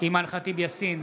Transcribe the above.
אימאן ח'טיב יאסין,